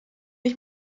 ich